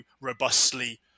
robustly